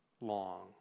long